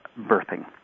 birthing